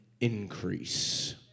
increase